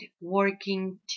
working